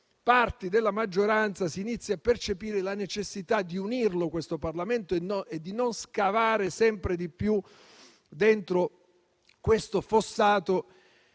parti della maggioranza si inizi a percepire la necessità di unire il Parlamento e di non scavare sempre di più dentro questo fossato